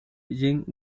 jing